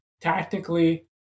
Tactically